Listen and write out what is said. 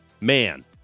Man